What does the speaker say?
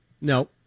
No